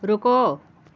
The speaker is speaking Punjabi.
ਰੁਕੋ